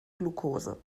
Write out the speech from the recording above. glukose